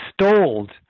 stalled